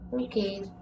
Okay